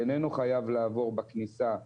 אפשר ליצור כביש גישה שאיננו חייב לעבור בכניסה ליישוב.